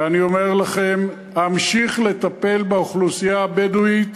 ואני אומר לכם: אמשיך לטפל באוכלוסייה הבדואית